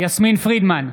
יסמין פרידמן,